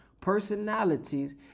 personalities